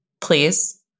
please